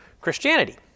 Christianity